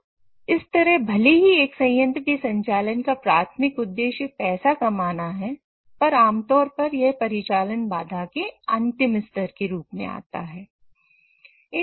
तो इस तरह भले ही एक संयंत्र के संचालन का प्राथमिक उद्देश्य पैसा कमाना है पर आमतौर पर यह परिचालन बाधा के अंतिम स्तर के रूप में आता है